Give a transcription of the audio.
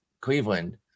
Cleveland